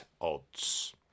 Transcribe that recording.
odds